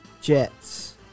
Jets